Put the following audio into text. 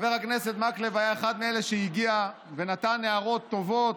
חבר הכנסת מקלב היה אחד מאלה שהגיעו ונתנו הערות טובות,